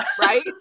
right